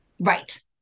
Right